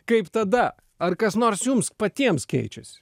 kaip tada ar kas nors jums patiems keičias